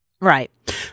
Right